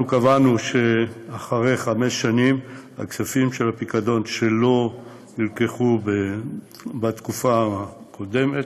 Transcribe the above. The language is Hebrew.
אנחנו קבענו שאחרי חמש שנים הכספים של הפיקדון שלא נלקחו בתקופה הקודמת,